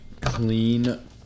clean